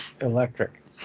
electric